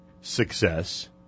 success